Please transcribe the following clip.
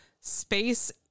space